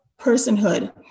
personhood